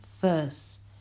first